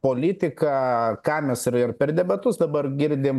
politika ką mes ir ir per debatus dabar girdim